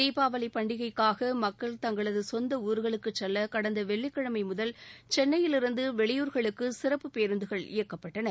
தீபாவளி பண்டிகைக்காக மக்கள் தங்களது சொந்த ஊர்களுக்குச் செல்ல கடந்த வெள்ளிக்கிழமை முதல் சென்னையிலிருந்து வெளியூர்களுக்கு சிறப்பு பேருந்துகள் இயக்கப்பட்டன